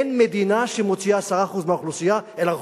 אין מדינה שמוציאה 10% מהאוכלוסייה אל הרחוב,